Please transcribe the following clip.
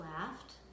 laughed